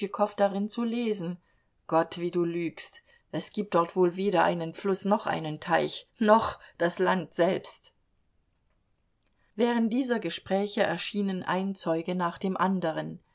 darin zu lesen gott wie du lügst es gibt dort wohl weder einen fluß noch einen teich noch das land selbst während dieser gespräche erschienen ein zeuge nach dem anderen